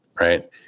right